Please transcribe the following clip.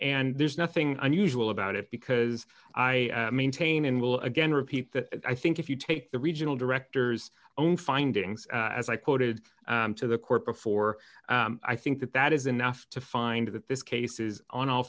and there's nothing unusual about it because i maintain and will again repeat that i think if you take the regional directors own findings as i quoted to the court before i think that that is enough to find that this case is on all